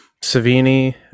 Savini